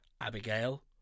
Abigail